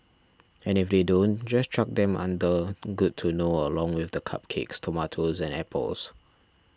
and if they don't just chuck them under good to know along with the cupcakes tomatoes and apples